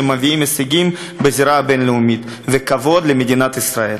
שמביאים הישגים בזירה הבין-לאומית וכבוד למדינת ישראל.